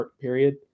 period